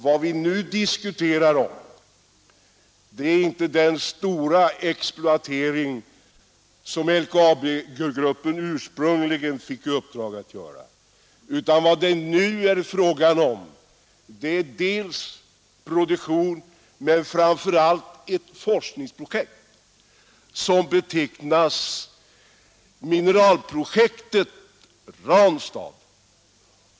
Vad vi nu diskuterar är inte den stora exploatering som LKAB-gruppen ursprungligen fick i uppdrag att genomföra, utan vad det nu är fråga om är dels produktion, men dels framför allt ett forskningsarbete, som betecknas mineralpro jektet Ranstad.